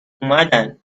اومدن